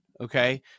Okay